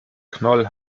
knoll